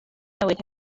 newydd